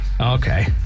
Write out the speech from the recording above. Okay